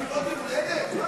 מה, מסיבות יום הולדת?